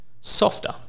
softer